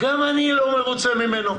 גם אני לא מרוצה ממנו.